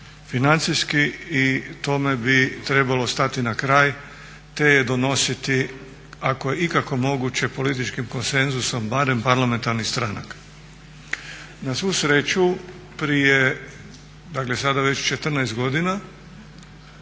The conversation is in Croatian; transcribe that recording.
financijski i tome bi trebalo stati na kraj, te je donositi ako je ikako moguće političkim konsenzusom barem parlamentarnih stranaka. Na svu sreću prije dakle sad već 14 godina